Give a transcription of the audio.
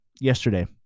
yesterday